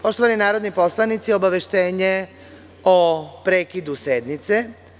Poštovani narodni poslanici, obaveštenje o prekidu sednice.